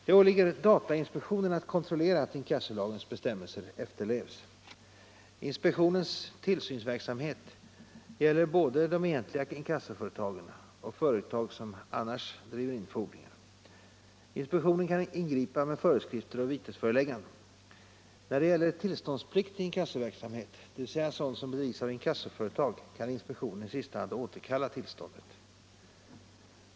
Det åligger datainspektionen att kontrollera att inkassolagens bestämmelser efterlevs. Inspektionens tillsynsverksamhet gäller både de egentliga inkassoföretagen och företag som annars driver in fordringar. Inspektionen kan ingripa med föreskrifter och vitesförelägganden. När det gäller tillståndspliktig inkassoverksamhet, dvs. sådan som bedrivs av inkassoföretag, kan inspektionen i sista hand återkalla tillståndet.